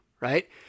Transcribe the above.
right